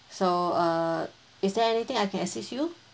so uh is there anything I can assist you